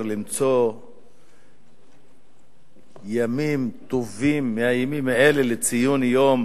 למצוא ימים טובים מהימים האלה לציון יום